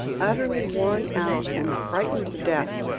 utterly worn out, and frightened to death,